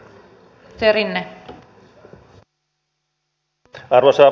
arvoisa puhemies